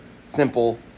simple